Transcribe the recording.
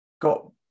got